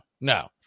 no